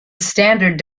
standard